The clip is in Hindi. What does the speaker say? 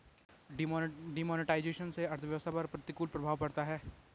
डिमोनेटाइजेशन से अर्थव्यवस्था पर प्रतिकूल प्रभाव पड़ता है